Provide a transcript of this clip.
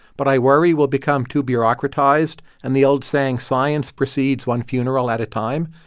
but i worry we'll become too bureaucratized. and the old saying science proceeds one funeral at a time.